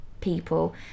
people